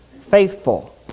faithful